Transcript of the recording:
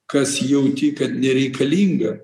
kas jauti kad nereikalinga